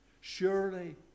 Surely